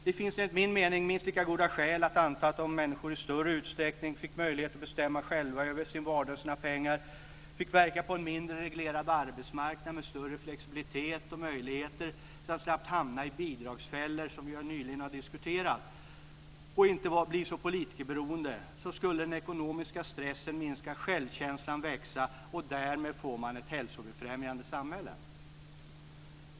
Det finns enligt min mening minst lika goda skäl att anta att om människor i större utsträckning fick möjlighet att bestämma själva över sin vardag och sina pengar, fick verka på en mindre reglerad arbetsmarknad med större flexibilitet och möjligheter, slapp hamna i bidragsfällor, som vi ju nyligen har diskuterat, och inte var så politikerberoende, skulle den ekonomiska stressen minska och självkänslan växa, och därmed skulle man få ett hälsobefrämjande samhälle.